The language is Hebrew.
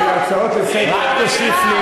רק תוסיף לי,